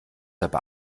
aber